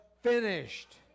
finished